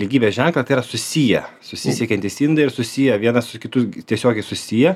lygybės ženklą tai yra susiję susisiekiantis indai ir susiję vienas su kitu tiesiogiai susiję